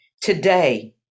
Today